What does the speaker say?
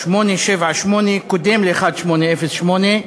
878 קודם ל-1808,